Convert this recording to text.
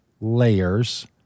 layers